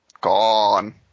Gone